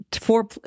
four